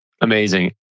Amazing